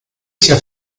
sia